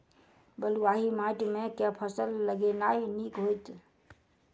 बलुआही माटि मे केँ फसल लगेनाइ नीक होइत?